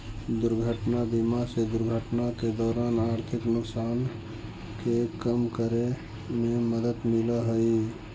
दुर्घटना बीमा से दुर्घटना के दौरान आर्थिक नुकसान के कम करे में मदद मिलऽ हई